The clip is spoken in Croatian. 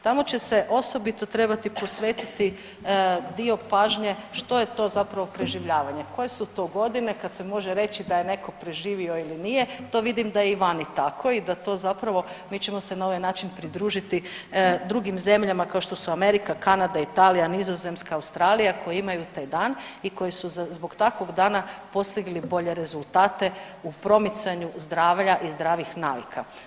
Tamo će se osobito trebati posvetiti dio pažnje što je to zapravo preživljavanje, koje su to godine kad se može reći da je neko preživio ili nije, to vidim da je i vani tako i da to zapravo mi ćemo se na ovaj način pridružiti drugim zemljama kao što su Amerika, Kanada, Italija, Nizozemska, Australija koje imaju taj dan i koje su zbog takvog dana postigli bolje rezultate u promicanju zdravlja i zdravih navika.